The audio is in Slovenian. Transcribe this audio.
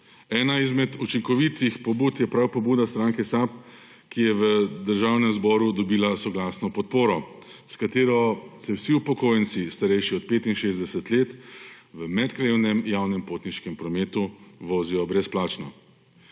Ena izmed učinkovitih pobud je prav pobuda stranke SAB, ki je v Državnem zboru dobila soglasno podporo, s katero se vsi upokojenci, starejši od 65 let, v medkrajevnem javnem potniškem prometu vozijo brezplačno.